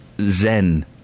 zen